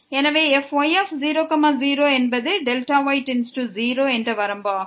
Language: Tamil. எனவே fy0 0 என்பது Δy→0 என்ற வரம்பு ஆகும்